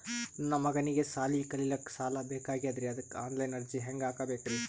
ನನ್ನ ಮಗನಿಗಿ ಸಾಲಿ ಕಲಿಲಕ್ಕ ಸಾಲ ಬೇಕಾಗ್ಯದ್ರಿ ಅದಕ್ಕ ಆನ್ ಲೈನ್ ಅರ್ಜಿ ಹೆಂಗ ಹಾಕಬೇಕ್ರಿ?